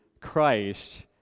Christ